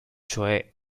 cioè